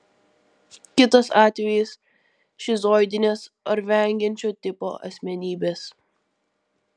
kitas atvejis šizoidinės ar vengiančio tipo asmenybės